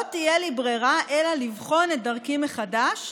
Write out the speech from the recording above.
לא תהיה לי ברירה אלא לבחון את דרכי מחדש,